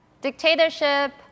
Dictatorship